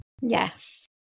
yes